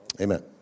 Amen